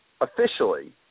officially